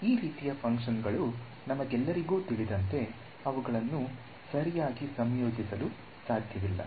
ಈ ರೀತಿಯ ಫಂಕ್ಷನ್ಗಳು ನಮಗೆಲ್ಲರಿಗೂ ತಿಳಿದಂತೆ ಅವುಗಳನ್ನು ಸರಿಯಾಗಿ ಸಂಯೋಜಿಸಲು ಸಾಧ್ಯವಿಲ್ಲ